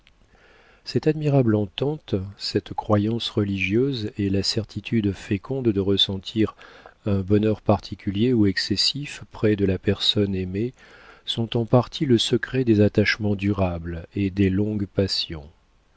cette admirable entente cette croyance religieuse et la certitude féconde de ressentir un bonheur particulier ou excessif près de la personne aimée sont en partie le secret des attachements durables et des longues passions